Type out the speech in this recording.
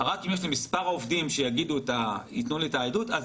רק אם יש לי מספר עובדים שיתנו לי את העדות אז